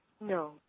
no